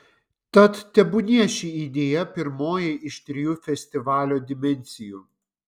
tad tebūnie ši idėja pirmoji iš trijų festivalio dimensijų